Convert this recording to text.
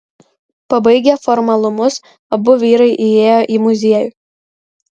pabaigę formalumus abu vyrai įėjo į muziejų